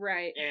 Right